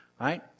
right